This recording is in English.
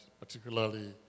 particularly